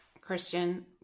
Christian